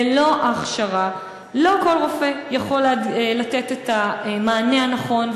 ללא ההכשרה לא כל רופא יכול לתת את המענה הנכון,